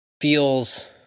feels